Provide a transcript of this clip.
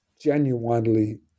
genuinely